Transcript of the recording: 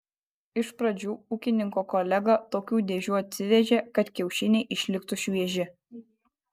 iš pradžių ūkininko kolega tokių dėžių atsivežė kad kiaušiniai išliktų švieži